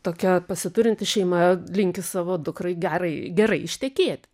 tokia pasiturinti šeima linki savo dukrai gerai gerai ištekėt